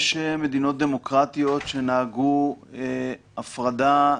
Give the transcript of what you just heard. יש מדינות דמוקרטיות שנהגו הפרדה,